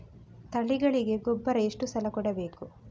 ತಳಿಗಳಿಗೆ ಗೊಬ್ಬರ ಎಷ್ಟು ಸಲ ಕೊಡಬೇಕು?